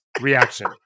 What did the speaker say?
reaction